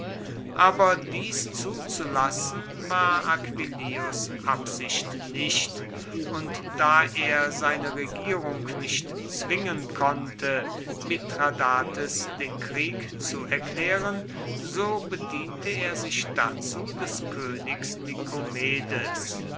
aber dies zuzulassen war aquillius absicht nicht und da er seine regierung nicht zwingen konnte mithradates den krieg zu erklären so bediente er sich dazu des königs